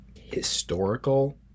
historical